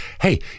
hey